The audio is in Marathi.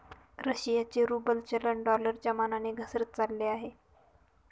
रशियाचे रूबल चलन डॉलरच्या मानाने घसरत चालले आहे